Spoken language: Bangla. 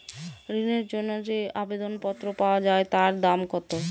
ঋণের জন্য যে আবেদন পত্র পাওয়া য়ায় তার দাম কত?